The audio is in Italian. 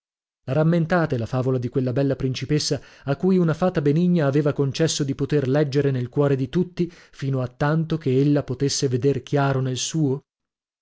la rammentate la favola di quella bella principessa a cui una fata benigna aveva concesso di poter leggere nel cuore di tutti fino a tanto che ella potesse veder chiaro nel suo